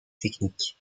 technique